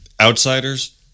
outsiders